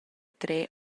trer